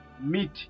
meet